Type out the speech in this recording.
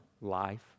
life